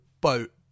boat